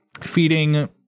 feeding